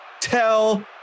tell